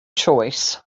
choice